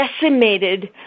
decimated